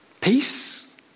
peace